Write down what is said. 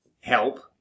help